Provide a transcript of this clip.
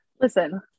listen